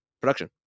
production